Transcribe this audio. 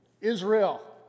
Israel